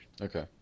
Okay